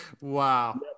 Wow